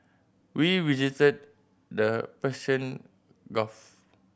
we visited the Persian Gulf